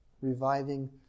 Reviving